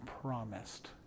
promised